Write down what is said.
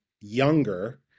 younger